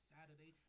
Saturday